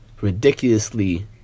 Ridiculously